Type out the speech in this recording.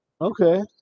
Okay